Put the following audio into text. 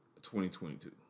2022